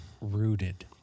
rooted